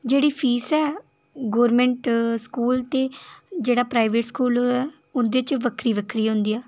जेह्ड़ी फीस ऐ government school ते जेह्ड़ा प्राइवेट स्कूल ऐ उं'दे च बक्खरी बक्खरी होंदी ऐ